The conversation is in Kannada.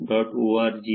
org